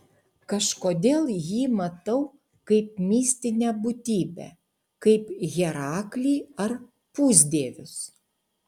kažkodėl jį matau kaip mistinę būtybę kaip heraklį ar pusdievius